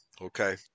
okay